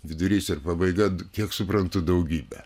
vidurys ir pabaiga kiek suprantu daugybė